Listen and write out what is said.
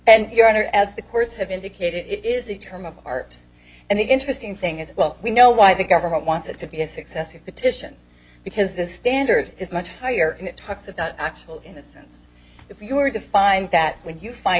and your honor as the courts have indicated it is a term of art and the interesting thing is well we know why the government wants it to be a success of petition because the standard is much higher and it talks about actual innocence if you were to find that when you find